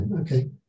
okay